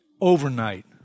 overnight